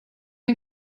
ein